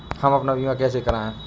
हम अपना बीमा कैसे कराए?